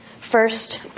first